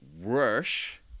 Rush